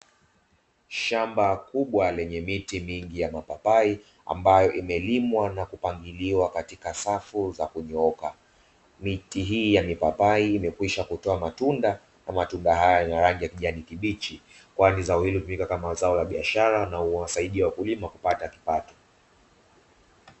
Shamba kubwa lenye miti mingi ya mapapai ambayo imelimwa na kupangiliwa katika safu za kunyooka, miti hii ya mipapai imekwisha kutoa matunda na matunda hayo yanarangi ya kijani kibichi kwa zao hilo hutumika kama zao la biashara na huwasaidia wakulima kupata kipato.